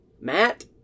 Matt